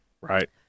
Right